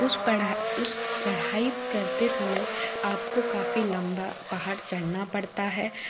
उस चढ़ाई करते समय आपको काफ़ी लम्बा पहाड़ चढ़ना पड़ता है